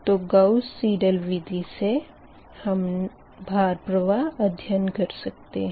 तो Gauss Seidel विधि से हम भार प्रवाह अध्ययन कर सकते हैं